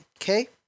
okay